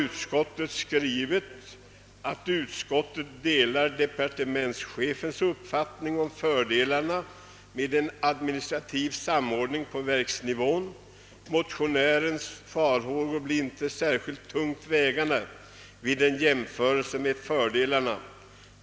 Utskottet har skrivit: »Utskottet delar departementschefens uppfattning om fördelarna med en administrativ samordning på verksnivån. Motionärens farhågor blir inte särskilt tungt vägande vid en jämförelse med fördelarna.